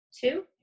two